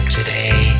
today